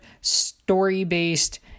story-based